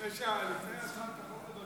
לפני הצעת החוק הזאת,